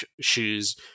shoes